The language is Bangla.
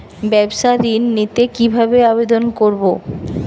ব্যাবসা ঋণ নিতে কিভাবে আবেদন করব?